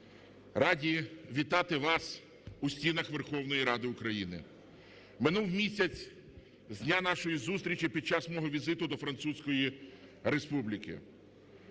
раді вітати вас у стінах Верховної Ради України. Минув місяць з дня нашої зустрічі під час мого візиту до Французької Республіки.